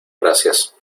gracias